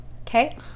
Okay